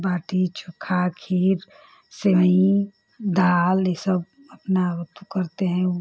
बाटी चोखा खीर सेवई दाल यह सब अपना करते हैं